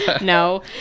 No